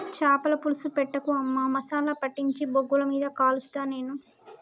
చాపల పులుసు పెట్టకు అమ్మా మసాలా పట్టించి బొగ్గుల మీద కలుస్తా నేను